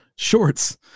Shorts